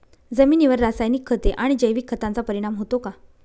जमिनीवर रासायनिक खते आणि जैविक खतांचा परिणाम होतो का?